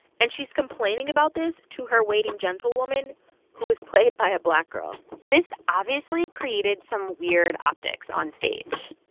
and she's complaining about this to her waiting gentlewoman who is played by a black girl this obviously created some weird optics on stage,